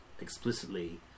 explicitly